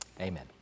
Amen